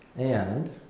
and